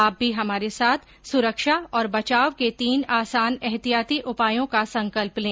आप भी हमारे साथ सुरक्षा और बचाव के तीन आसान एहतियाती उपायों का संकल्प लें